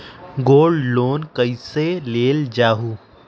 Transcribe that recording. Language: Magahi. गोल्ड लोन कईसे लेल जाहु?